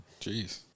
Jeez